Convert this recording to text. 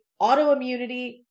autoimmunity